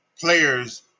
players